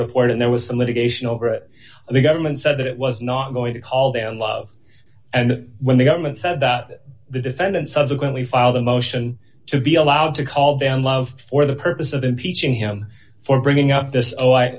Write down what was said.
report and there was some litigation over it and the government said it was not going to call them love and when the government said that the defendant subsequently filed a motion to be allowed to call them love for the purpose of impeaching him for bringing up this